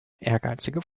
ehrgeizige